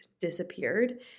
disappeared